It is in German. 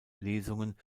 lesungen